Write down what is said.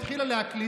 התחילה להקליד,